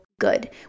good